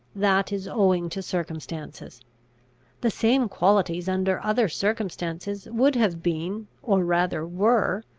that is owing to circumstances the same qualities under other circumstances would have been, or rather were,